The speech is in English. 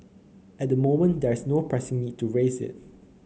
at the moment there's no pressing need to raise it